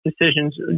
decisions